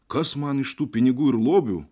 kas man iš tų pinigų ir lobių